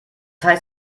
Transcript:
heißt